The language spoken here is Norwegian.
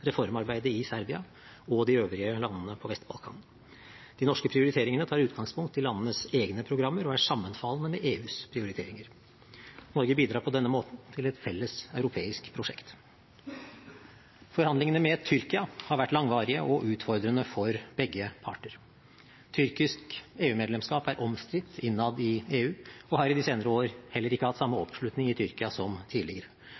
reformarbeidet i Serbia og de øvrige landene på Vest-Balkan. De norske prioriteringene tar utgangspunkt i landenes egne programmer og er sammenfallende med EUs prioriteringer. Norge bidrar på denne måten til et felles europeisk prosjekt. Forhandlingene med Tyrkia har vært langvarige og utfordrende for begge parter. Tyrkisk EU-medlemskap er omstridt innad i EU, og har i de senere år heller ikke hatt samme oppslutning i Tyrkia som tidligere.